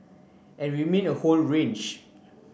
and we mean a whole range